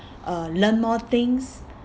uh learn more things